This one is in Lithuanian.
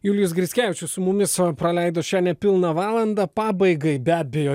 julijus grickevičius su mumis praleido šią nepilną valandą pabaigai be abejo